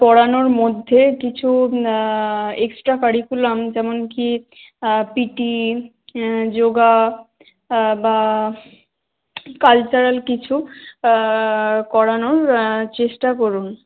পড়ানোর মধ্যে কিছু এক্সট্রা কারিকুলাম যেমন কি পিটি যোগা বা কালচারাল কিছু করানোর চেষ্টা করুন